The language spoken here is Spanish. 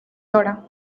dra